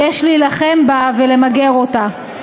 שיש להילחם בה ולמגר אותה.